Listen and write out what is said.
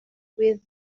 with